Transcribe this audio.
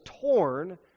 torn